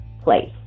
place